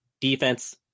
defense